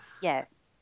Yes